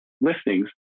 listings